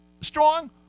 strong